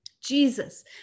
Jesus